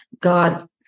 God